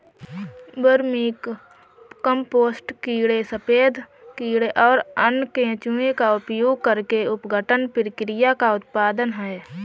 vermicompost कीड़े सफेद कीड़े और अन्य केंचुए का उपयोग करके अपघटन प्रक्रिया का उत्पाद है